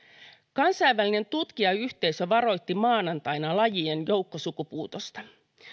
kansainvälinen tutkijayhteisö varoitti maanantaina lajien joukkosukupuutosta